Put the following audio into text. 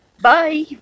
Bye